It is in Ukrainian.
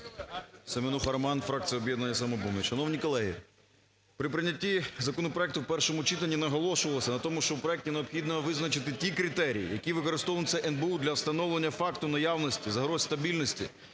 Семенуха Роман, фракція "Об'єднання "Самопоміч". Шановні колеги, при прийнятті законопроекту в першому читанні наголошувалось на тому, що в проекті необхідно визначити ті критерії, які використовуються НБУ для встановлення факту наявності загроз стабільності